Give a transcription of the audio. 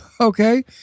okay